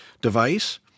device